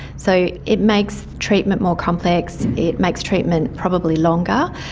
so it makes treatment more complex, it makes treatment probably longer,